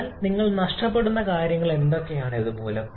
എന്നാൽ നിങ്ങൾക്ക് നഷ്ടപ്പെടുന്ന കാര്യങ്ങൾ എന്തൊക്കെയാണ് ഇതുമൂലം